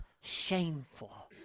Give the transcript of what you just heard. shameful